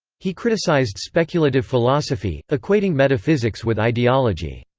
he criticised speculative philosophy, equating metaphysics with ideology.